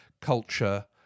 culture